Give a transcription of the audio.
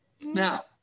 Now